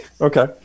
Okay